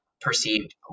perceived